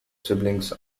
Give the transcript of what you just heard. siblings